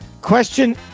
Question